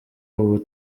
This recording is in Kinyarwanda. ubu